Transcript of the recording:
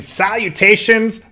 salutations